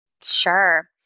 Sure